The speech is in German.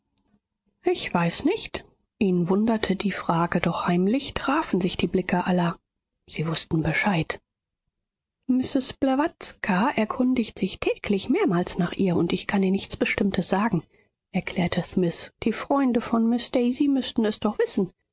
ich weiß nicht ihn wunderte die frage doch heimlich trafen sich die blicke aller sie wußten bescheid mrs blawatska erkundigt sich täglich mehrmals nach ihr und ich kann ihr nichts bestimmtes sagen erklärte smith die freunde von miß daisy müßten es doch wissen